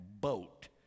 boat